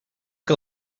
que